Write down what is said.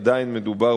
עדיין מדובר,